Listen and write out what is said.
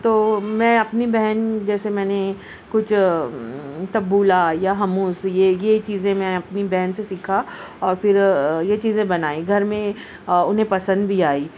تو میں اپنی بہن جیسے میں نے کچھ تبولا یا ہموس یہ یہ چیزیں میں اپنی بہن سے سیکھا اور پھر یہ چیزیں بنائی گھر میں اور انہیں پسند بھی آئی